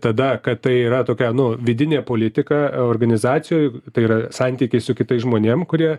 tada kad tai yra tokia nu vidinė politika organizacijoj tai yra santykis su kitais žmonėm kurie